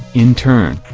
in turn,